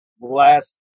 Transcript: last